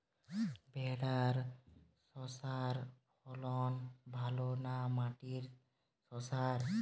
ভেরার শশার ফলন ভালো না মাটির শশার?